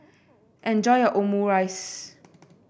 enjoy your Omurice